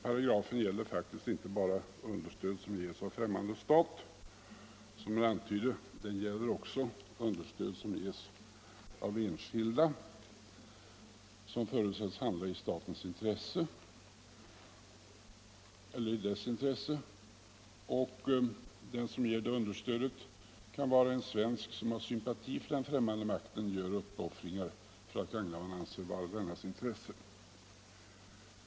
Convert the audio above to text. Paragrafen gäller faktiskt inte bara understöd som ges av främmande stat, som han antydde; den gäller också understöd som ges av enskilda som förutsätts handla i denna stats intresse. Den som ger understödet kan vara en svensk som har sympati för den främmande makten och gör uppoffringar för att gagna vad han anser vara dennas intresse.